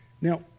Now